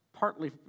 Partly